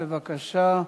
בבקשה,